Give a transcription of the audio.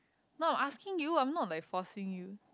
no I'm asking you I'm not like forcing you